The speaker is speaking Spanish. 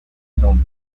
núm